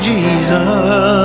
Jesus